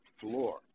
floor